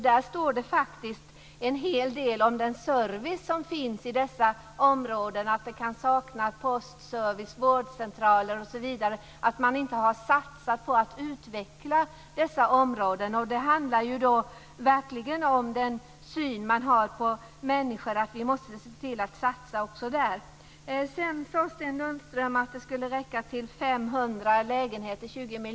Det står faktiskt en hel del om servicen i de här områdena. Postservice, vårdcentraler osv. kan saknas. Man har inte satsat på att utveckla områdena. Det handlar verkligen om vilken syn man har på människor. Vi måste se till att det satsas också där. Sten Lundström sade att 20 miljoner skulle räcka till 500 lägenheter.